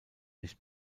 nicht